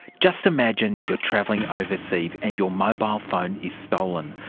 just imagine you're travelling overseas and your mobile phone is stolen.